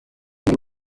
muri